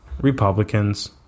Republicans